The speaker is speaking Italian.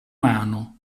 mano